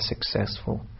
successful